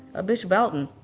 ah bitch a belting.